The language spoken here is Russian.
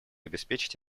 обеспечить